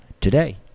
today